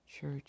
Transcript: church